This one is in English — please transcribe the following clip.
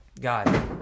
God